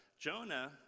Jonah